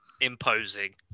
imposing